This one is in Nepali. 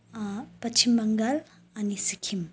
पश्चिम बङ्गाल अनि सिक्किम